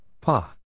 Pa